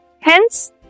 Hence